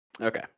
Okay